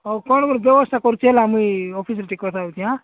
ହଉ କ'ଣ ଗୋଟେ ବ୍ୟବସ୍ଥା କରୁଛି ହେଲା ମୁଁ ଏଇ ଅଫିସରେ ଟିକେ କଥା ହେଉଛି ଆଁ